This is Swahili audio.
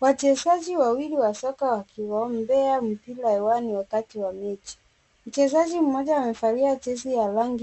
Wachezaji wawili wa soka wakigongea mipira hewani wakati wa mechi. Mchezaji mmoja amevalia jinsi